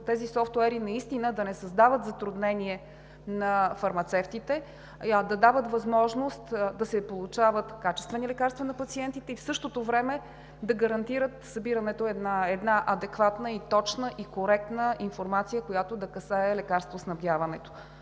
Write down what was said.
тези софтуери да не създават затруднения на фармацевтите, а да дават възможност на пациентите да получават качествени лекарства и в същото време да гарантират събирането на адекватна, точна и коректна информация, която да касае лекарствоснабдяването.